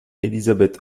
élisabeth